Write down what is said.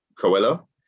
Coelho